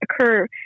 occur